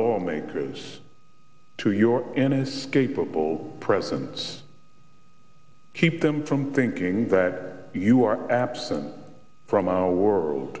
lawmakers to your ennis capable presence keep them from thinking that you are absent from our world